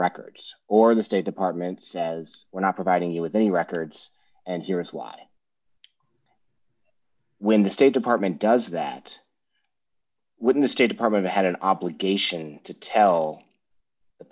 records or the state department says we're not providing you with any records and here is why when the state department does that when the state department had an obligation to tell the